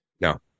No